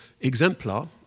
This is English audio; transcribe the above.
exemplar